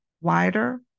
wider